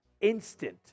instant